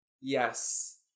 Yes